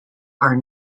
are